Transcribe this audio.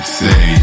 say